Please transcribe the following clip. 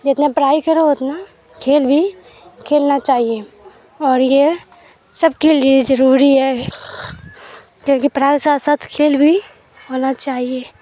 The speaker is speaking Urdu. جتنا پڑھائی کرو اتنا کھیل بھی کھیلنا چاہیے اور یہ سب کے لیے ضروری ہے کیونکہ پڑھائی کے ساتھ ساتھ کھیل بھی ہونا چاہیے